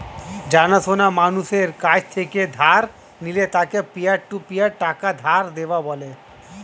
জানা সোনা মানুষের কাছ থেকে ধার নিলে তাকে পিয়ার টু পিয়ার টাকা ধার দেওয়া বলে